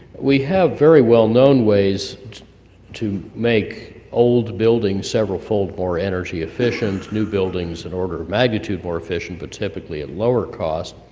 we have very well-known ways to make old buildings several fold more energy efficient, new buildings in order of magnitude more efficient, but typically at lower cost.